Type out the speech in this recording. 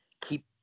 Keep